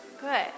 Good